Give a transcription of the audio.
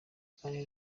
kiganiro